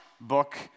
book